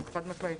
חד משמעית.